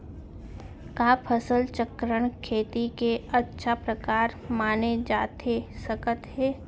का फसल चक्रण, खेती के अच्छा प्रकार माने जाथे सकत हे?